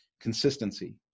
Consistency